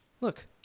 look